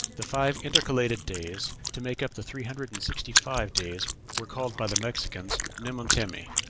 the five intercalated days to make up the three hundred and sixty-five days were called by the mexicans nemontemi,